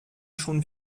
schon